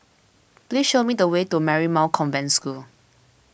please show me the way to Marymount Convent School